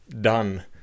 done